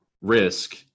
risk